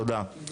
תודה.